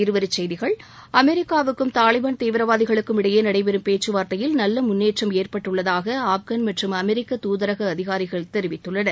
இருவரிச்செய்திகள் அமெரிக்காவுக்கும் தாலிபான் தீவிரவாதிகுளுக்கும் இடையே நடைபெறும் பேச்சுவார்த்தையில் நல்ல முன்னேற்றம் ஏற்பட்டுள்ளதாக ஆப்கன் மற்றும் அமெரிக்க தூதரக அதிகாரிகள் தெரிவித்துள்ளனர்